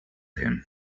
him